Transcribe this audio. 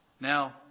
Now